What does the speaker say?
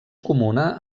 comuna